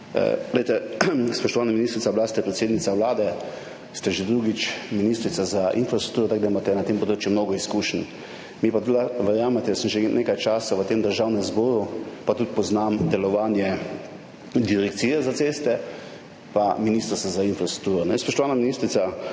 spoštovana ministrica, bili ste predsednica Vlade, ste že drugič ministrica za infrastrukturo, tako da imate na tem področju mnogo izkušenj. Mi pa verjemite, sem že nekaj časa v tem Državnem zboru pa tudi poznam delovanje Direkcije za ceste pa Ministrstva za infrastrukturo. Spoštovana ministrica,